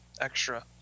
extra